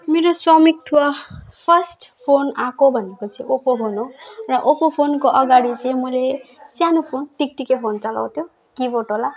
मेरो स्वामित्व first phone आएको भनेको चाहिँ ओप्पो फोन हो र ओप्पो फोनको अगाडि चाहिँ मैले सानो फोन टिकटिके फोन चलाउँथेँ किपेडवाला